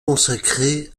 consacré